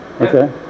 okay